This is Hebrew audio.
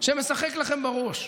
שמשחק לכם בראש.